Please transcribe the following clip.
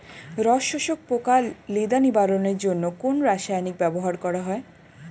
রস শোষক পোকা লেদা নিবারণের জন্য কোন রাসায়নিক ব্যবহার করা হয়?